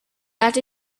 that